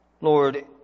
Lord